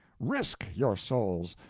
risk your souls!